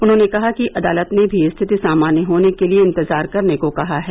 उन्होंने कहा कि अदालत ने भी स्थिति सामान्य होने के लिए इंतजार करने को कहा है